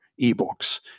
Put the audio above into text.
eBooks